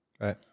Right